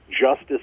Justice